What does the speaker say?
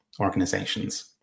organizations